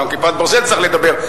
גם על "כיפת ברזל" צריך לדבר.